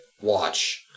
watch